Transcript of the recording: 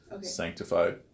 Sanctified